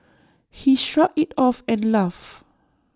he shrugged IT off and laughed